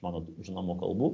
mano žinomų kalbų